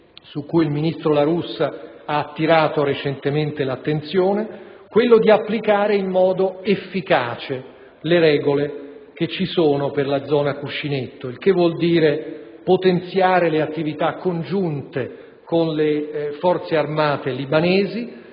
su cui il ministro La Russa ha attirato recentemente l'attenzione è quello di applicare in modo efficace le regole che ci sono per la zona cuscinetto, il che vuol dire potenziare le attività congiunte con le forze armate libanesi,